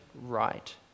right